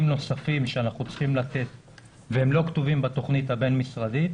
נוספים שאנחנו צריכים לתת והם לא כתובים בתכנית הבין-משרדית,